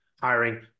hiring